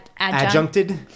adjuncted